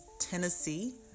Tennessee